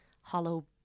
hollow